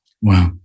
Wow